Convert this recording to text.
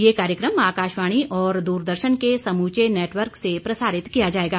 यह कार्यक्रम आकाशवाणी और दूरदर्शन के समूचे नेटवर्क से प्रसारित किया जाएगा